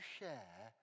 share